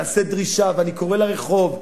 ואני קורא לרחוב,